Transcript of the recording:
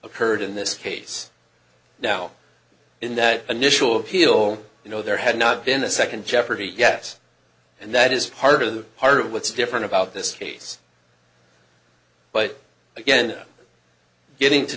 occurred in this case now in that initial appeal you know there had not been a second jeopardy yes and that is part of the part of what's different about this case but again getting to